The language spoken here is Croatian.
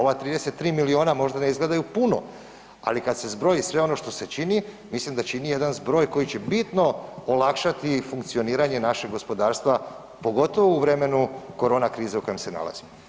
Ova 33 milijuna možda ne izgledaju puno, ali kada se zbroji sve ono što se čini mislim da čini jedan zbroj koji će bitno olakšati funkcioniranje našeg gospodarstva, pogotovo u vremena korona krize u kojem se nalazimo.